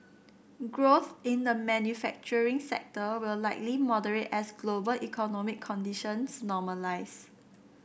growth in the manufacturing sector will likely moderate as global economic conditions normalise